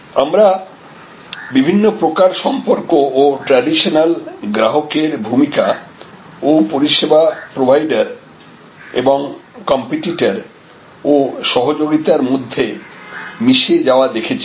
আমরা বিভিন্ন প্রকার সম্পর্ক ও ট্র্যাডিশনাল গ্রাহকের ভূমিকা ও পরিষেবা প্রোভাইডার এবং কম্পিটিটর ও সহযোগিতার মধ্যে মিশে যাওয়া দেখছি